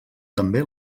també